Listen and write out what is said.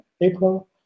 April